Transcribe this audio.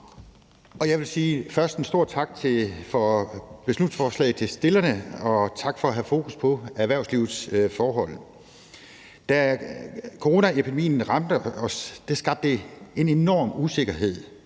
Jeg vil først sige en stor tak til stillerne for beslutningsforslaget, og tak for at have fokus på erhvervslivets forhold. Da coronaepidemien ramte os, skabte det en enorm usikkerhed